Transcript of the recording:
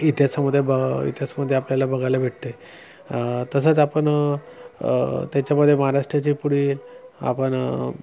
इतिहासामध्ये बघ इतिहसामध्ये आपल्याला बघायला भेटते तसंच आपण त्याच्यामध्ये महाराष्ट्राची पुढील आपण